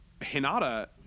Hinata